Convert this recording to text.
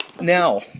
Now